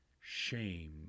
shame